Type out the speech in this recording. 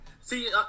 See